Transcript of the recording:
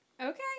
Okay